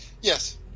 yes